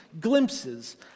glimpses